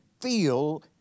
feel